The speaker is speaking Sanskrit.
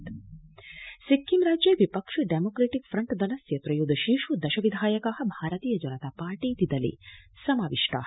सिक्किम सिक्किम राज्ये विपक्षि डेमोक्रेटिक फ्रन्ट दलस्य त्रयोदशेष् दश विधायका भारतीय जनता पार्टीति दले समाविष्टा